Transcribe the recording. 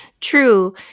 True